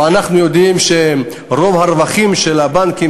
אבל אנחנו יודעים שרוב הרווחים של הבנקים